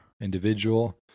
individual